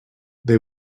they